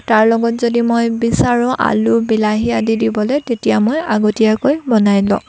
তাৰ লগত যদি মই বিচাৰোঁ আলু বিলাহী আদি দিবলৈ তেতিয়া মই আগতীয়াকৈ বনাই লওঁ